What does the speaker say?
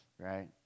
Right